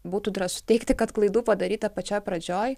būtų drąsu teigti kad klaidų padaryta pačioj pradžioj